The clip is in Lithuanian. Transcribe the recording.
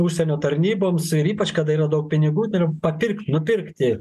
užsienio tarnyboms ir ypač kada yra daug pinigų tai yra papirkt nupirkti